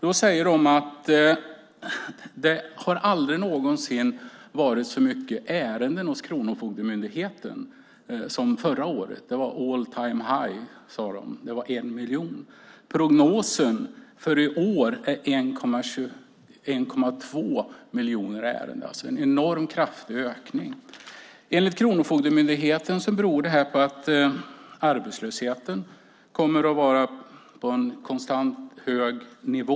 De sade att det aldrig någonsin har varit så många ärenden hos Kronofogdemyndigheten som förra året. Det var all time high, sade de. Det var 1 miljon. Prognosen för i år är 1,2 miljoner ärenden. Det är alltså en enormt kraftig ökning. Enligt Kronofogdemyndigheten beror det på att arbetslösheten kommer att vara på en konstant hög nivå.